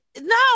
no